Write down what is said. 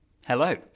Hello